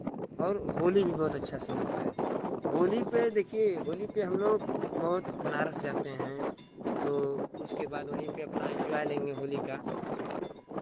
और होली भी बहुत अच्छा से मनता है होली पे देखिए होली पे हमलोग बहुत बनारस जाते हैं तो उसके बाद वहीं पे अपना इंज्वाय लेंगे होली का